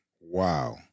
Wow